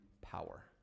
power